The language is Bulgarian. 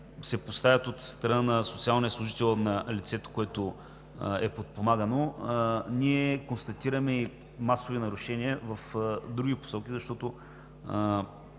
се поставят от страна на социалния служител на лицето, което е подпомагано, ние констатираме и масови нарушения в други посоки, защото